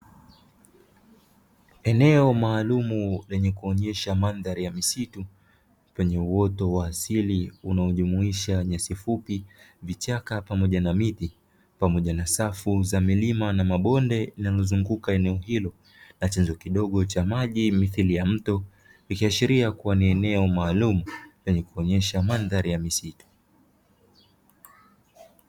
Eneo maalumu lenye kuonyesha madhaari ya misitu, lenye uoto wa asili unao jumuisha nyasi fupi, vichaka pamoja na miti, pamoja na safu za milima na mabonde, linazo zunguka eneo hilo na chanzo kidogo cha maji mithiri ya mto. Ikiashiria kuwa ni eneo maalumu lenye kuonyesha madhaari ya misitu.